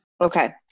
Okay